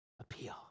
appeal